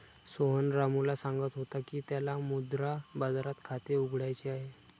सोहन रामूला सांगत होता की त्याला मुद्रा बाजारात खाते उघडायचे आहे